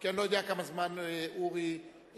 כי אני לא יודע כמה זמן אורי ידבר.